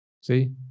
See